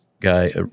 guy